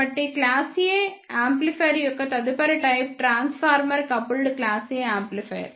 కాబట్టి class A amplifier యొక్క తదుపరి type transformer coupled class A amplifier